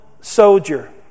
soldier